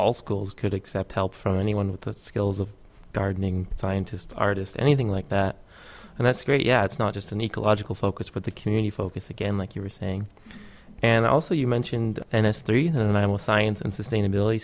all schools could accept help from anyone with the skills of gardening scientists artists anything like that and that's great yeah it's not just an ecological focus for the community focus again like you were saying and also you mentioned and it's three and i am a science and sustainability